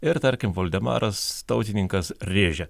ir tarkim voldemaras tautininkas rėžia